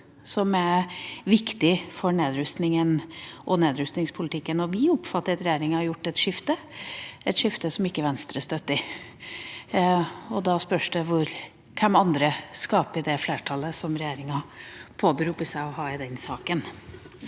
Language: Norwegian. som er viktige for nedrustninga og nedrustningspolitikken. Vi oppfatter at regjeringa har gjort et skifte, et skifte som Venstre ikke støtter. Da spørs det hvem andre som skaper det flertallet som regjeringa påberoper seg å ha i den saken.